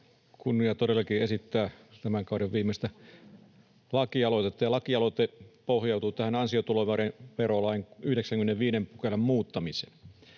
kunnia todellakin esittää tämän kauden viimeistä lakialoitetta. Lakialoite pohjautuu tähän ansiotuloverolain 95 §:n muuttamiseen.